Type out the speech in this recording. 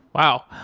wow.